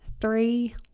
three